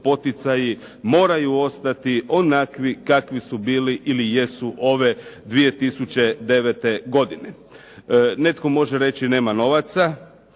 poticaji moraju ostati onakvi kakvi su bili ili jesu ove 2009. godine. Netko može reći nema novaca,